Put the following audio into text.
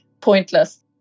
pointless